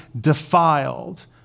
defiled